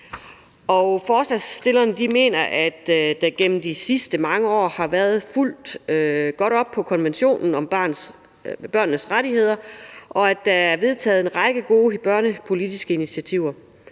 Forslagsstillerne mener, at der gennem de sidste mange år har været fulgt godt op på konventionen om børnenes rettigheder, og at der er vedtaget en række gode børnepolitiske initiativer.